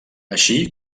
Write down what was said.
així